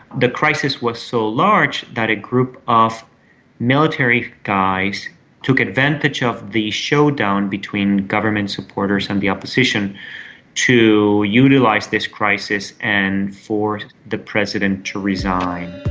the crisis was so large that a group of military guys took advantage of the showdown between government supporters and the opposition to utilise this crisis and force the president to resign.